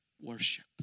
Worship